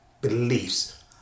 beliefs